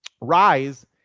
rise